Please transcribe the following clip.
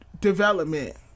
development